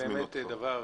זה באמת דבר